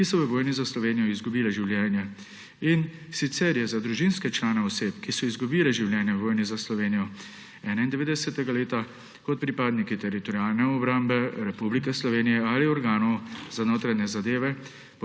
ki so v vojni za Slovenijo izgubile življenje, in sicer je za družinske člane oseb, ki so izgubile življenje v vojni za Slovenijo leta 1991 kot pripadniki Teritorialne obrambe Republike Slovenije ali organov za notranje zadeve,